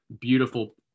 beautiful